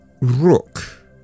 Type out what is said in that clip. Rook